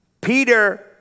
Peter